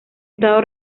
estado